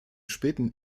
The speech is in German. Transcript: späten